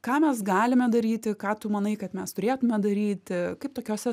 ką mes galime daryti ką tu manai kad mes turėtume daryti kaip tokiose